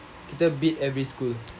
kita beat every school